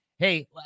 Hey